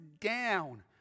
down